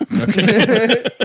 Okay